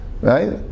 right